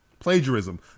Plagiarism